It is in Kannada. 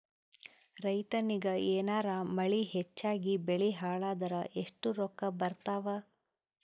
ರೈತನಿಗ ಏನಾರ ಮಳಿ ಹೆಚ್ಚಾಗಿಬೆಳಿ ಹಾಳಾದರ ಎಷ್ಟುರೊಕ್ಕಾ ಬರತ್ತಾವ?